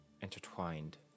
intertwined